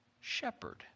shepherd